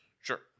Sure